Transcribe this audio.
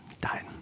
died